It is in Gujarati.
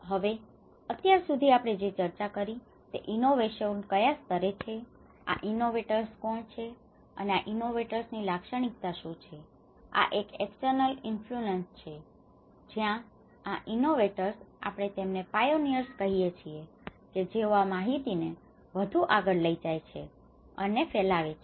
હવે અત્યાર સુધી આપણે જે ચર્ચા કરી તે એ છે કે ઇનોવેશન ક્યાં સ્તરે છે આ ઇનોવેટર્સ કોણ છે બરાબર અને આ ઇનોવેટર્સ ની લાક્ષણિકતાઓ શું છે આ એક એક્ષટર્નલ ઇન્ફ્લુઅન્સ છે જ્યાં આ ઇનોવેટર્સ આપણે તેમને પાયોનિયર્સ કહીએ છીએ કે જેઓ આ માહિતી ને વધુ આગળ લઇ જાય છે અને ફેલાવે છે